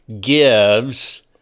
gives